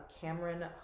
cameron